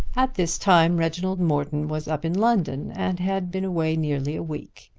at this time reginald morton was up in london and had been away nearly a week.